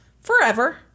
forever